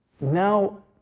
now